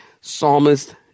psalmist